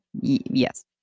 Yes